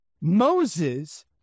Moses